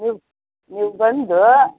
ಹ್ಞೂ ನೀವು ಬಂದು